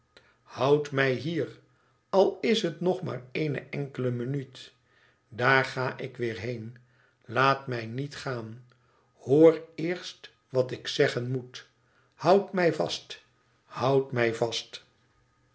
houd mij hier al is het nog maar eene enkele minuut daar ga ik weer heen laat mij niet gaan hoor eerst wat ik zeggen moet houd mij vast houd mij vast